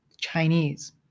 Chinese